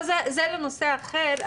אבל זה נושא אחר.